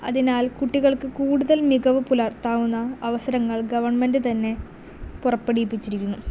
അതിനാൽ കുട്ടികൾക്ക് കൂടുതൽ മികവ് പുലർത്താവുന്ന അവസരങ്ങൾ ഗെവൺമെൻറ് തന്നെ പുറപ്പെടുവിപ്പിച്ചിരിക്കുന്നു